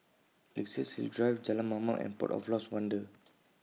Luxus Hill Drive Jalan Mamam and Port of Lost Wonder